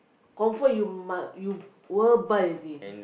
confirm you must you will buy again